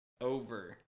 over